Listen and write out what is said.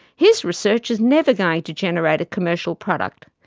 his research is never going to generate a commercial product,